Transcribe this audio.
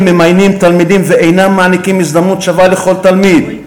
הם ממיינים תלמידים ואינם מעניקים הזדמנות שווה לכל תלמיד.